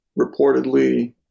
reportedly